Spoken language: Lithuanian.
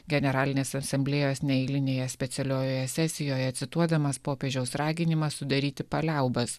generalinės asamblėjos neeilinėje specialiojoje sesijoje cituodamas popiežiaus raginimą sudaryti paliaubas